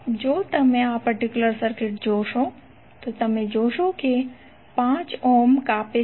જો તમે આ પર્ટિક્યુલર સર્કિટ જોશો તો તમે જોશો કે આ 5 ઓહ્મ કાપે છે